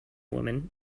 woman